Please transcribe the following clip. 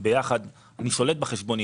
אני שולט בחשבונית.